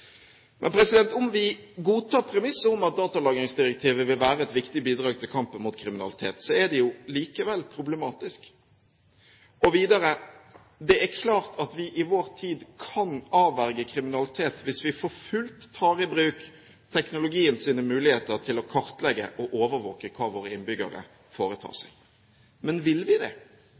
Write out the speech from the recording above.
Om vi godtar premisset om at datalagringsdirektivet vil være et viktig bidrag i kampen om kriminalitet, er det likevel problematisk. Og videre: Det er klart at vi i vår tid kan avverge kriminalitet hvis vi for fullt tar i bruk teknologiens muligheter til å kartlegge og overvåke hva våre innbyggere foretar seg. Men vil vi det?